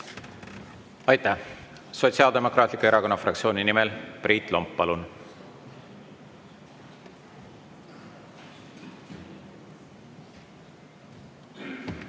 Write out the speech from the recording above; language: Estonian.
Aitäh! Sotsiaaldemokraatliku Erakonna fraktsiooni nimel Priit Lomp, palun!